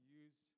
use